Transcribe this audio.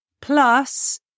Plus